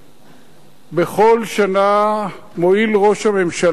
בכל שנה מואיל ראש הממשלה לאשר מאות יחידות,